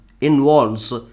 involves